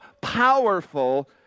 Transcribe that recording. powerful